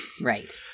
Right